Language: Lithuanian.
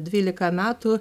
dvylika metų